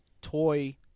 toy